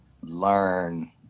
learn